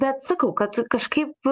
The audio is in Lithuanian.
bet sakau kad kažkaip